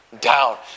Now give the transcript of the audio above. down